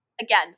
again